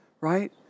right